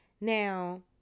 Now